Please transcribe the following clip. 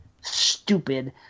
stupid